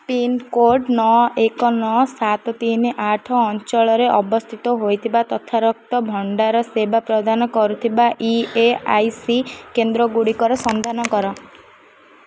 pincode ନଅ ଏକ ନଅ ସାତ ତିନି ଆଠ ଅଞ୍ଚଳରେ ଅବସ୍ଥିତ ହୋଇଥିବା ତଥା ରକ୍ତ ଭଣ୍ଡାର ସେବା ପ୍ରଦାନ କରୁଥିବା ଇ ଏସ୍ ଆଇ ସି କେନ୍ଦ୍ରଗୁଡ଼ିକର ସନ୍ଧାନ କର